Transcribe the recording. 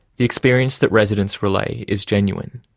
the experience that residents relay is genuine.